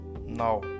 Now